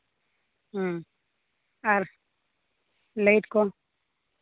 ᱦᱮᱸ ᱟᱨ ᱞᱟᱹᱭᱤᱴ ᱠᱚ